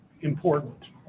important